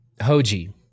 Hoji